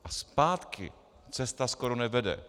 A zpátky cesta skoro nevede.